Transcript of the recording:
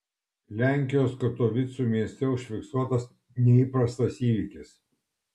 lenkijos katovicų mieste užfiksuotas neįprastas įvykis